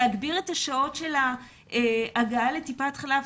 להגביר את שעות ההגעה לטיפת החלב.